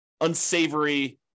unsavory